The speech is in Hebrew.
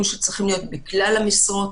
שצריכים להיות בכלל המשרות